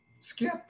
Skip